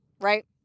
right